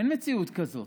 אין מציאות כזאת.